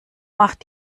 macht